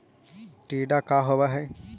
टीडा का होव हैं?